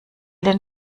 den